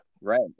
right